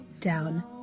down